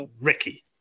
Ricky